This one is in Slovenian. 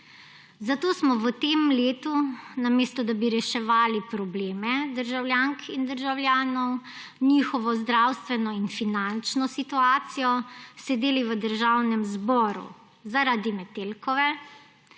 Zato smo v tem letu, namesto da bi reševali probleme državljank in državljanov, njihovo zdravstveno in finančno situacijo, sedeli v Državnem zboru zaradi Metelkove,